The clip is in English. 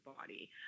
body